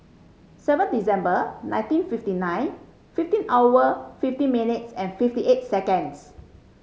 seven December nineteen fifty nine fifteen hour fifty minutes and fifty eight seconds